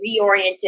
reoriented